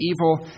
evil